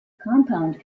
compound